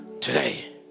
today